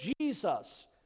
Jesus